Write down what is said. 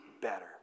better